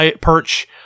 perch